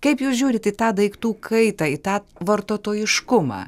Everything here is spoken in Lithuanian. kaip jūs žiūrit į tą daiktų kaitą į tą vartotojiškumą